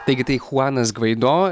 taigi tai chuanas gvaido